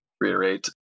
reiterate